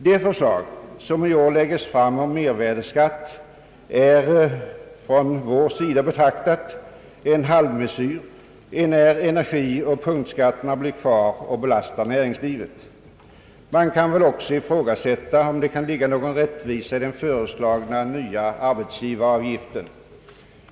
Det förslag som i år läggs fram om mervärdeskatt är av oss betraktat endast som en halvmesyr, enär energioch punktskatterna blir kvar och belastar näringslivet. Man kan också ifrågasätta om det kan ligga någon rättvisa i den föreslagna nya arbetsgivaravgiften.